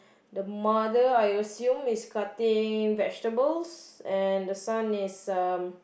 the mother I assume is cutting vegetables and the son is um